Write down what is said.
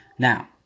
Now